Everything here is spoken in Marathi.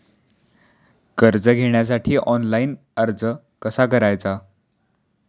कर्ज घेण्यासाठी ऑनलाइन अर्ज कसा करायचा?